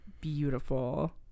beautiful